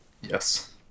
Yes